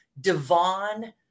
Devon